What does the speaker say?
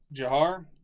Jahar